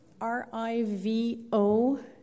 R-I-V-O